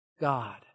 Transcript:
God